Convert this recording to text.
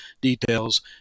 details